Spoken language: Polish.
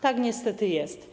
Tak niestety jest.